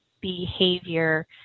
behavior